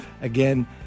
Again